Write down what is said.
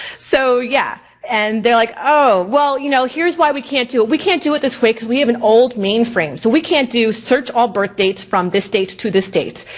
so yeah, and they're like, oh well you know here's why we can't do it. we can't do it this way cause we have an old mainframe. so we can't do search all birth dates from this date to this date,